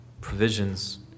Provisions